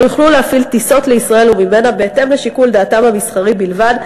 יוכלו להפעיל טיסות לישראל וממנה בהתאם לשיקול דעתן המסחרי בלבד,